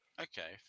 Okay